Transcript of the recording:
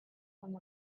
from